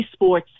esports